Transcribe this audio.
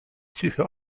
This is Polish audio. cichy